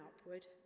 upward